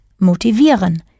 motivieren